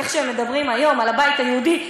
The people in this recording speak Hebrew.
איך שהם מדברים היום על הבית היהודי,